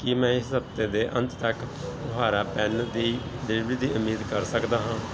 ਕੀ ਮੈਂ ਇਸ ਹਫ਼ਤੇ ਦੇ ਅੰਤ ਤੱਕ ਫੁਹਾਰਾ ਪੈਨ ਦੀ ਡਿਲੀਵਰੀ ਦੀ ਉਮੀਦ ਕਰ ਸਕਦਾ ਹਾਂ